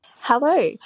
Hello